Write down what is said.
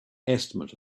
estimate